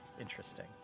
interesting